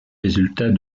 résultats